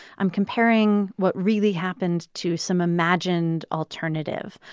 i'm comparing what really happened to some imagined alternative.